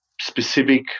specific